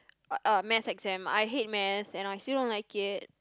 uh uh Math exam I hate Math and I still don't like it